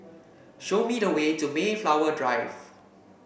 show me the way to Mayflower Drive